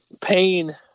Pain